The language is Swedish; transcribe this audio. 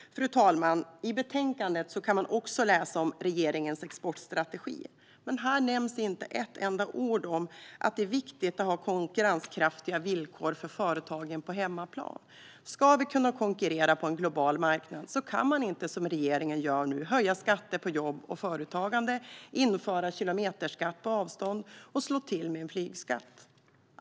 Fru talman! I betänkandet kan man även läsa om regeringens exportstrategi, men här nämns inte ett enda ord om att det är viktigt att på hemmaplan ha konkurrenskraftiga villkor för företagen. Ska vi kunna konkurrera på en global marknad kan man inte som regeringen nu gör höja skatter på jobb och företagande, införa kilometerskatt på avstånd och slå till med en flygskatt.